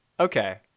Okay